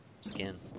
skin